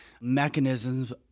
mechanisms